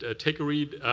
ah take a read.